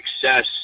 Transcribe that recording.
success